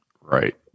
Right